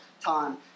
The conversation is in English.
time